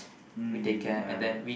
mm ya